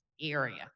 area